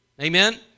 amen